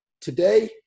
Today